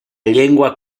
llengua